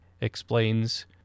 explains